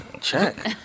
Check